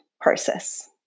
process